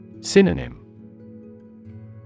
Synonym